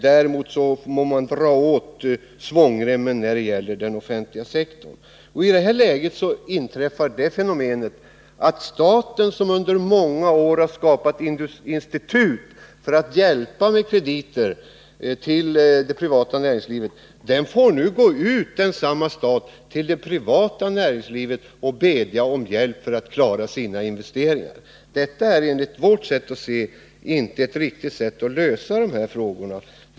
Däremot drar man åt svångremmen när det gäller den offentliga verksamheten. I det läget inträffar det fenomenet att staten, som under många år har skapatinstitut för att hjälpa det privata näringslivet med krediter, nu får gå ut till samma privata näringsliv och be om hjälp för att klara sina investeringar. Det är enligt vårt sätt att se inte ett riktigt sätt att lösa de här frågorna.